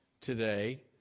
today